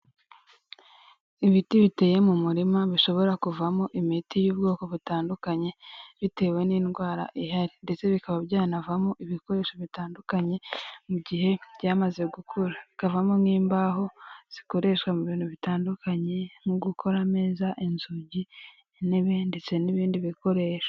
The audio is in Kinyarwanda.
Ibiti biteye mu murima bishobora kuvamo imiti y'ubwoko butandukanye bitewe n'indwara ihari ndetse bikaba byanavamo ibikoresho bitandukanye mu gihe byamaze gukura, bikavamo nk'imbaho zikoreshwa mu bintu bitandukanye nko gukora: ameza, inzugi, intebe ndetse n'ibindi bikoresho.